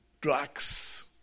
drugs